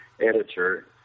editor